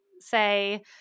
say